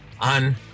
on